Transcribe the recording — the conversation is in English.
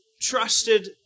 trusted